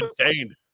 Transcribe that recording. contained